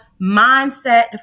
mindset